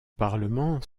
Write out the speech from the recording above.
parlement